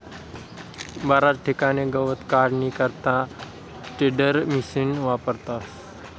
बराच ठिकाणे गवत काढानी करता टेडरमिशिन वापरतस